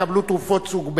תקבלו תרופות סוג ב'.